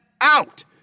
out